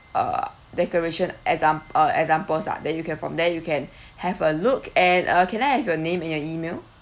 uh decoration examp~ uh examples lah then you can from there you can have a look and uh can I have your name and your email